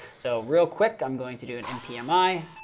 so real quick, i'm going to do an npmi.